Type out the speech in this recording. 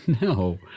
No